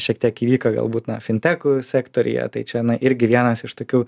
šiek tiek įvyko galbūt na fintechų sektoriuje tai čia irgi vienas iš tokių